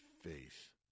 faith